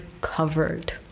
covered